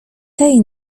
tej